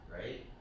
right